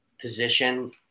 position